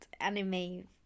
anime